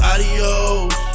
Adios